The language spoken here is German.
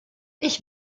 ich